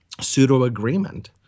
pseudo-agreement